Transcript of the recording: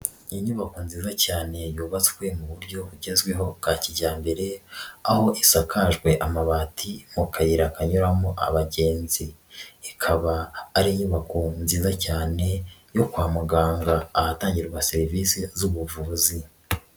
Inyubako nziza cyane yubatswe mu buryo bugezweho bwa kijyambere, aho isakajwe amabati mu kayira kanyuramo abagenzi, ikaba ari inyubako nziza cyane yo kwa muganga, ahatangirwa serivisi z'ubuvuzi.